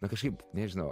na kažkaip nežinau